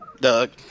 Doug